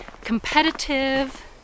competitive